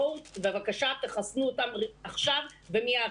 בואו בבקשה תחסנו אותם עכשיו ומיד.